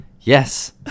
Yes